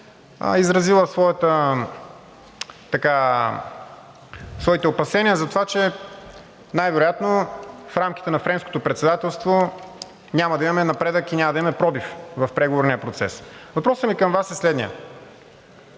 Изразили сте своите опасения за това, че най-вероятно в рамките на Френското председателство няма да имаме напредък и няма да имаме пробив в преговорния процес. Въпросът ми към Вас е следният: